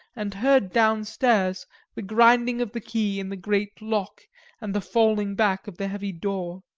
and heard downstairs the grinding of the key in the great lock and the falling back of the heavy door.